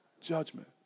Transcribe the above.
judgment